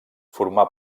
formà